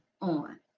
on